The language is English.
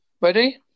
Ready